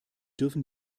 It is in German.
dürfen